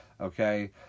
okay